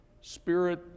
spirit